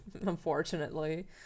Unfortunately